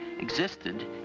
existed